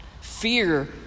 Fear